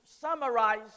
summarize